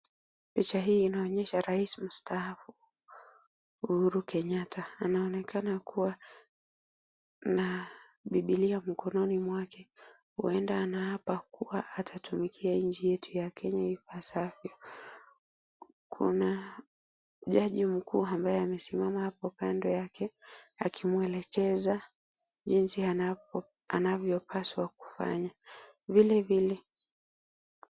Picha hii inaonyesha rais mustaafu Uhuru Kenyata, anaonekana kuwa na Bibilia mkononi mwake , huenda anaapa kuwa atatumikia nchi yetu ya Kenya vipasavyo. Kuna jaji mkuu ambaye amesimama hapo kando yake akimwelekeza jinsi anavyopaswa kufanya vilevile.